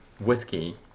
whiskey